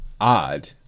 odd